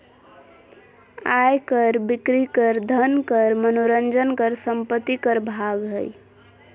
आय कर, बिक्री कर, धन कर, मनोरंजन कर, संपत्ति कर भाग हइ